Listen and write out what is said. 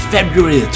February